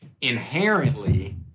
inherently